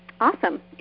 Awesome